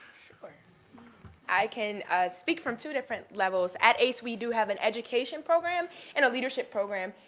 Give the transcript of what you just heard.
like i can speak from two different levels. at ace we do have an education program and a leadership program.